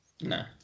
No